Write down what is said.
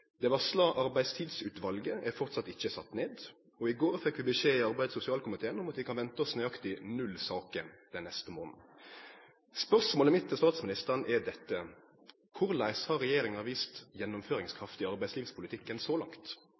Det varsla arbeidstidsutvalet er framleis ikkje sett ned, og i går fekk vi i arbeids- og sosialkomiteen beskjed om at vi kan vente oss nøyaktig null saker den neste månaden. Spørsmålet mitt til statsministeren er dette: Korleis har regjeringa vist